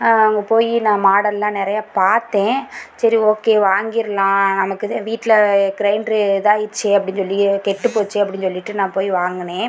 அங்கே போய் நான் மாடல்லாம் நிறைய பார்த்தேன் சரி ஓகே வாங்கிடலாம் நமக்கு தான் வீட்டில் கிரைண்டர் இதாயிடுச்சு அப்படின்னு சொல்லி கெட்டுப்போச்சு அப்படின்னு சொல்லிட்டு நான் போய் வாங்கினேன்